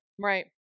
Right